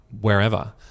wherever